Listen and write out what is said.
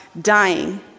dying